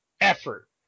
effort